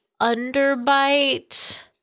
underbite